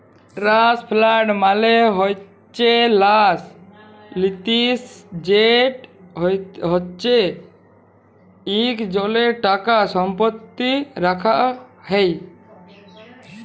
trust fund মালে হছে ল্যাস লিতি যেট হছে ইকজলের টাকা সম্পত্তি রাখা হ্যয়